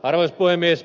arvoisa puhemies